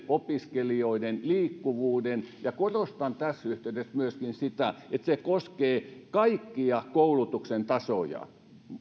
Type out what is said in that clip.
opiskelijoiden liikkuvuuden korostan tässä yhteydessä myöskin sitä että se koskee kaikkia koulutuksen tasoja